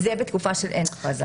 זה בתקופה של אין הכרזה.